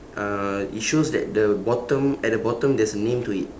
uh it shows that the bottom at the bottom there's a name to it